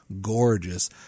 gorgeous